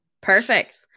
Perfect